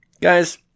Guys